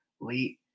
late